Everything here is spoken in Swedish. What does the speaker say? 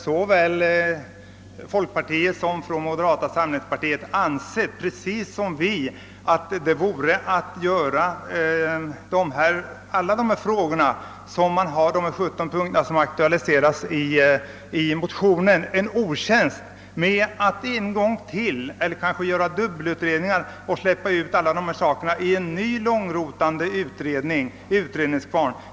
Såväl folkpartiets som moderata samlingspartiets representanter har naturligtvis, precis som vi, ansett att det vore att göra de 17 punkter som aktualiseras i motionen en otjänst, om alla dessa frågor släpptes ut i en ny långrotande utredningskvarn.